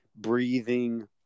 breathing